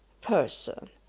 person